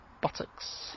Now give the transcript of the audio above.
buttocks